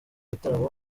bitaramo